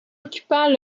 occupant